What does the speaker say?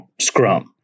scrum